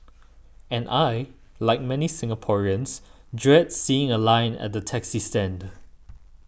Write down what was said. and I like many Singaporeans dread seeing a line at the taxi stand